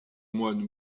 moine